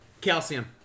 Calcium